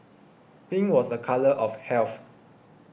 pink was a colour of health